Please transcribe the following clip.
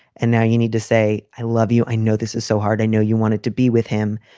and now you need to say i love you. i know this is so hard. i know you wanted to be with him.